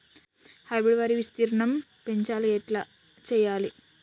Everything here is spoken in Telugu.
హైబ్రిడ్ వరి విస్తీర్ణం పెంచాలి ఎట్ల చెయ్యాలి?